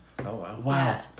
Wow